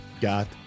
got